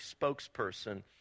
spokesperson